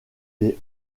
des